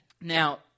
Now